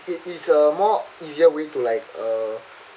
it is a more easier way to like uh